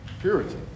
purity